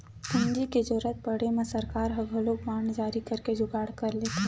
पूंजी के जरुरत पड़े म सरकार ह घलोक बांड जारी करके जुगाड़ कर लेथे